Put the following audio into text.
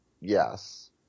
Yes